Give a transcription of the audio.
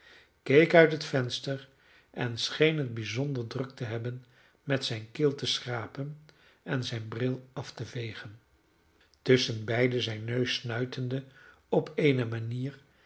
keek uit het venster en scheen het bijzonder druk te hebben met zijn keel te schrapen en zijn bril af te vegen tusschenbeide zijn neus snuitende op eene manier